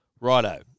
Righto